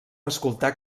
escoltar